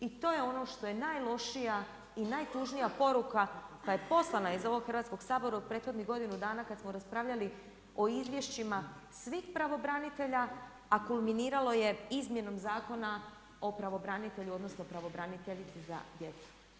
I to je ono što je najlošija i najtužnija poruka koja je poslana iz ovog Hrvatskog sabora u prethodnih godinu dana kada smo raspravljali o izvješćima svih pravobranitelja, a kulminiralo je izmjenom Zakona o pravobranitelju, odnosno pravobraniteljici za djecu.